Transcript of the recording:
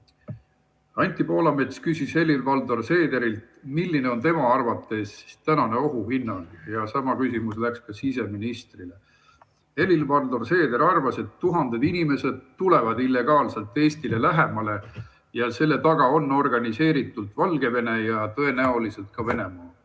Anti Poolamets küsis Helir-Valdor Seederilt, milline on tema arvates tänane ohuhinnang, ja sama küsimus läks ka siseministrile. Helir-Valdor Seeder arvas, et tuhanded inimesed tulevad illegaalselt Eestile lähemale ja selle taga on organiseeritult Valgevene ja tõenäoliselt ka Venemaa.